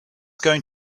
going